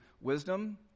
wisdom